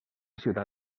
ciutat